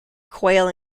quayle